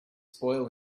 spoil